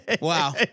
Wow